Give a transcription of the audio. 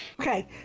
Okay